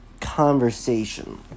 conversation